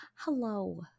Hello